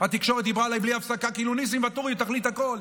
התקשורת דיברה עליי בלי הפסקה כאילו ניסים ואטורי הוא תכלית הכול,